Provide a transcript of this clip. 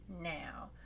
now